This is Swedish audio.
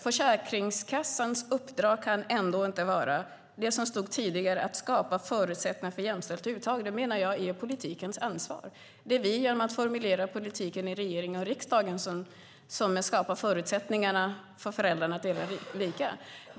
Försäkringskassans uppdrag kan dock inte vara det som stod tidigare, nämligen att skapa förutsättningar för jämställt uttag. Det är politikens ansvar. Det är vi som genom att formulera politiken i regering och riksdag skapar förutsättningar för föräldrar att dela lika.